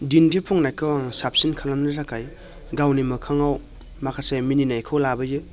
दिन्थिफुंनायखौ आं साबसिन खालामनो थाखाय गावनि मोखाङाव माखासे मिनिनायखौ लाबोयो